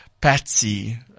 Patsy